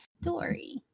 story